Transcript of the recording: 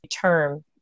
term